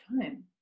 time